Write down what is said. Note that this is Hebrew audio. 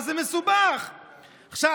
קטנה,